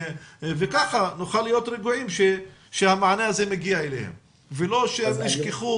וכך נוכל להיות רגועים שהמענה הזה מגיע אליהם ולא שהם נשכחו